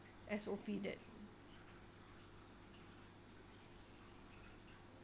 S_O_P that